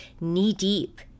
knee-deep